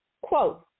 quote